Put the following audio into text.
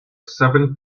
seven